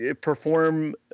perform